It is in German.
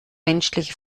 menschliche